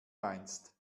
meinst